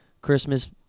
Christmas